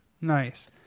Nice